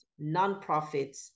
nonprofits